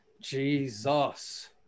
Jesus